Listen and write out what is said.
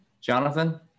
Jonathan